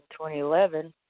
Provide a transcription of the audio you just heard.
2011